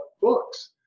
books